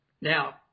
Now